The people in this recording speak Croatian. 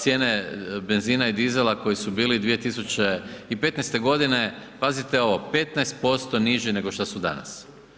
Cijene benzina i dizela koje su bili 2015. g., pazite ovo, 15% niži nego što su danas.